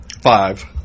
five